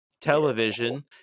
television